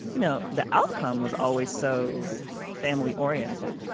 you know the outcome was always so family-oriented.